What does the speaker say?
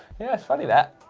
yeah funny that.